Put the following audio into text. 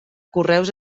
correus